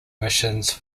missions